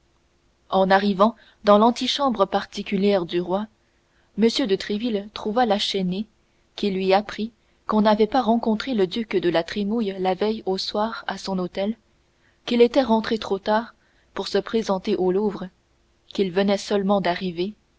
en arrivant dans l'antichambre particulière du roi m de tréville trouva la chesnaye qui lui apprit qu'on n'avait pas rencontré le duc de la trémouille la veille au soir à son hôtel qu'il était rentré trop tard pour se présenter au louvre qu'il venait seulement d'arriver